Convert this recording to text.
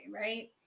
right